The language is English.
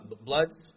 bloods